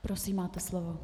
Prosím, máte slovo.